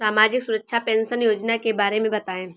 सामाजिक सुरक्षा पेंशन योजना के बारे में बताएँ?